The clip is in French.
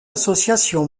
association